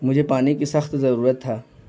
مجھے پانی کی سخت ضرورت تھا